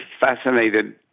fascinated